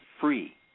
free